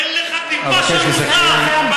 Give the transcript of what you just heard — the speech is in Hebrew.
אין לכם, אין לך טיפה של מוסר.